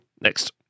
Next